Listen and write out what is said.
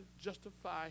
justify